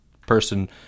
person